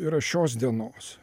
yra šios dienos